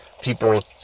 people